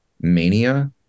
mania